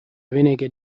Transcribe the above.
vinegar